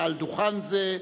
מעל דוכן זה,